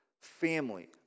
family